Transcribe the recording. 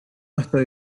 estoy